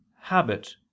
habit